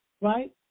right